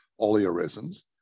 oleoresins